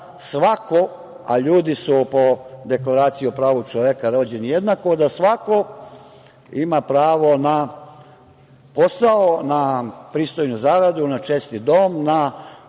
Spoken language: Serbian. svako, a ljudi su po Deklaraciji o pravu čoveka rođeni jednaki, ima pravo na posao, na pristojnu zaradu, na čestit dom, na